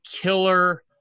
killer